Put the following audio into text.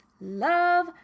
love